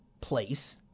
place